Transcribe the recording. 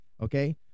okay